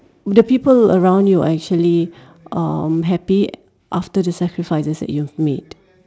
the people around you are actually um happy after the sacrifices that you have made